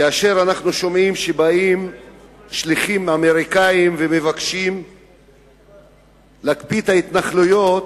כאשר אנחנו שומעים שבאים שליחים אמריקנים ומבקשים להקפיא את ההתנחלויות,